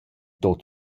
tuot